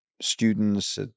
students